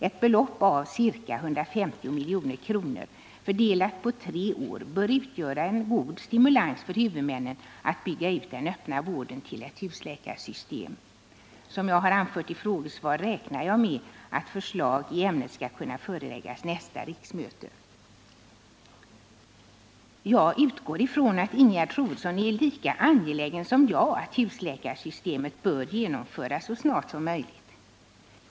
Ett belopp på ca 150 milj.kr., fördelat på tre år, bör utgöra en god stimulans för huvudmännen att bygga ut den öppna vården till ett husläkarsystem. Som jag har anfört i frågesvaret räknar jag med att förslag i ämnet skall kunna föreläggas nästa riksmöte. Jag utgår ifrån att Ingegerd Troedsson är lika angelägen som jag att husläkarsystemet genomförs så snart som möjligt.